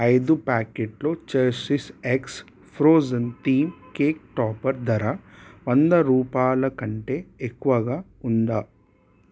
ఐదు ప్యాకెట్లు చెర్శీష్ eggs frozen theme cake topper ధర వంద రూపాయలకంటే ఎక్కువగా ఉందా